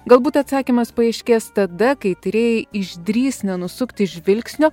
galbūt atsakymas paaiškės tada kai tyrėjai išdrįs nenusukti žvilgsnio